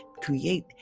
create